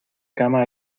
cama